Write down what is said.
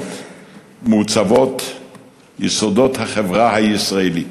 השונות מוצבים יסודות החברה הישראלית,